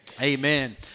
amen